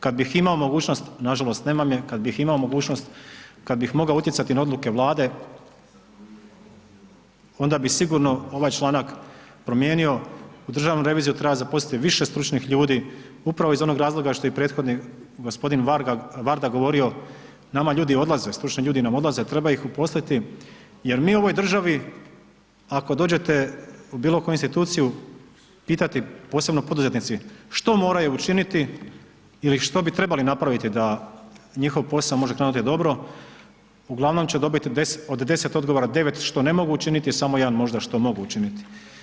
Kad bih imao mogućnost, nažalost nemam je, kad bih imao mogućnost, kad bih mogao utjecati na odluke Vlade onda bi sigurno ovaj članak promijenio u državnu reviziju treba zaposliti više stručnih ljudi upravo iz onih razloga što i prethodni gospodin Varga, Varda govori, nama ljudi odlaze, stručni ljudi nam odlaze, treba ih uposliti jer mi u ovoj državi ako dođete u bilo koju instituciju pitati, posebno poduzetnici, što moraju učiniti ili što bi trebali napraviti da njihov posao može krenuti dobro, uglavnom će dobiti od 10 odgovora, 9 što ne mogu učiniti samo 1 možda što mogu učiniti.